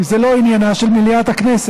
כי זה לא עניינה של מליאת הכנסת.